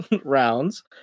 rounds